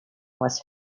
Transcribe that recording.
was